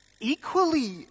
equally